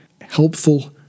helpful